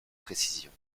précision